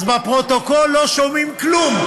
אז בפרוטוקול לא שומעים כלום.